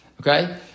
Okay